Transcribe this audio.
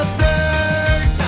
third